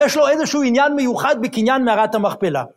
יש לו איזשהו עניין מיוחד בקניין מערת המכפלה.